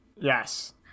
Yes